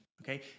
Okay